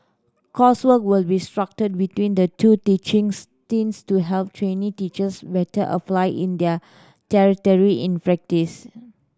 coursework will be structured between the two teaching stints to help trainee teachers better apply in their theory in practice